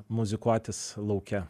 muzikuotis lauke